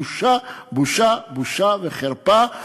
בושה, בושה, בושה וחרפה.